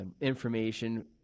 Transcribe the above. information